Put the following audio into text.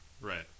Right